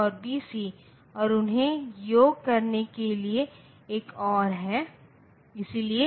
तो यह समस्या है क्योंकि अब आपको एक ही संख्या के 2 प्रतिनिधित्व मिले हैं